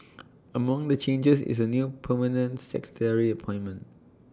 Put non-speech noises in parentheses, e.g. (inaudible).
(noise) among the changes is A new permanent secretary appointment